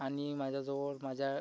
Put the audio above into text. आणि माझ्याजवळ माझ्या